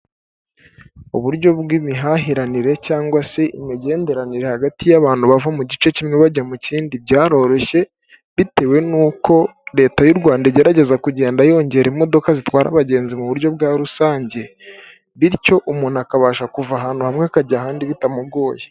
Uburyo bw'imihahiranire cyangwa se imigenderanire hagati y'abantu bava mu gice kimwe bajya mu kindi byaroroshye, bitewe n'uko leta y'u Rwanda igerageza kugenda yongera imodoka zitwara abagenzi mu buryo bwa rusange, bityo umuntu akabasha kuva ahantu hamwe akajya ahandi bitamugoye.